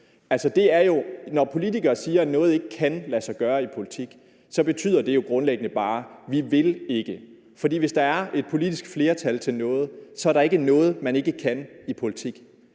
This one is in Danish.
når politikere siger, at noget ikke kan lade sig gøre i politik, så betyder det jo grundlæggende bare: vi vil ikke. For hvis der er et politisk flertal for noget, er der ikke noget, man ikke kan, i politik.